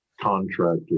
contractor